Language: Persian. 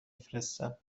فرستم